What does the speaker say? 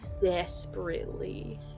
Desperately